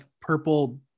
purple